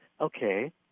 okay